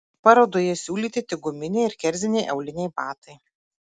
parodoje siūlyti tik guminiai ir kerziniai auliniai batai